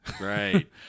Right